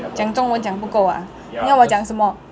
讲中文讲不够啊你要我讲什么